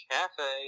Cafe